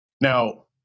Now